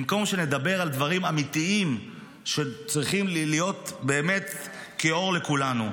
במקום שנדבר על דברים אמיתיים שצריכים להיות באמת כאור לכולנו.